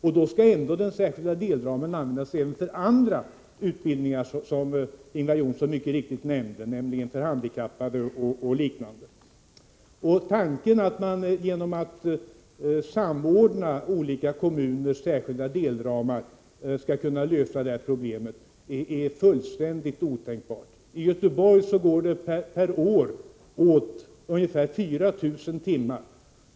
Denna särskilda delram skall även användas för andra utbildningar, som Ingvar Johnsson mycket riktigt nämnde, nämligen för handikappade o.d. Att man genom att samordna olika kommuners särskilda delramar skall kunna lösa detta problem är fullständigt otänkbart. I Göteborg går det per år åt ungefär 4 000 timmar.